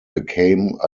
became